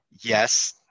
yes